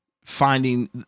finding